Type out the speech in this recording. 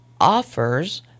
offers